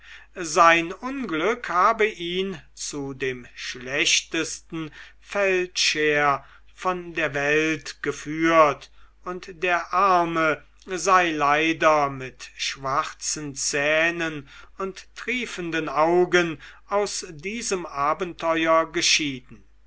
sein unglück habe ihn zu dem schlechtesten feldscher von der welt geführt und der arme sei leider mit schwarzen zähnen und triefenden augen aus diesem abenteuer geschieden